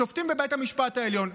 תוכל למנות שופטים בבית המשפט העליון.